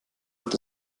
hat